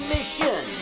Mission